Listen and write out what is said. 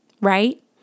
right